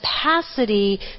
capacity